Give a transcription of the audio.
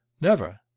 Never